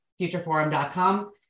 futureforum.com